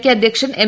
K അധ്യക്ഷൻ M